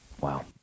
Wow